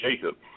Jacob